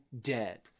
dead